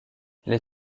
les